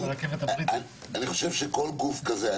אני חושב שכל גוף כזה.